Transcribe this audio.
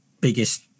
biggest